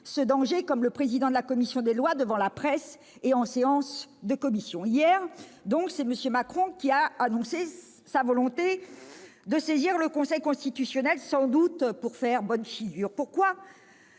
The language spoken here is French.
ce danger, tout comme le président de la commission des lois, devant la presse et en commission. Hier, donc, c'est M. Macron qui a annoncé sa volonté de saisir le Conseil constitutionnel, sans doute pour faire bonne figure. Pourquoi